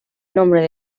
nombre